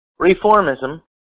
Reformism